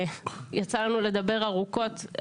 יצא לנו לדבר ארוכות.